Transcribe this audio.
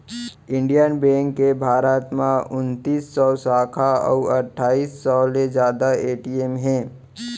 Indian bank के भारत म उनतीस सव साखा अउ अट्ठाईस सव ले जादा ए.टी.एम हे